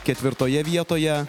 ketvirtoje vietoje